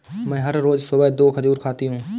मैं हर रोज सुबह दो खजूर खाती हूँ